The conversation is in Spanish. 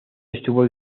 estuvo